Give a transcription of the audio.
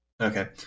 Okay